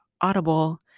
Audible